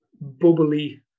bubbly